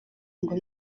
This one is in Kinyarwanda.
ngo